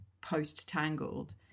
post-Tangled